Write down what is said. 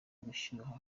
gushyuha